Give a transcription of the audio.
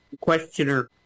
questioner